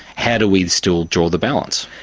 how do we still draw the balance?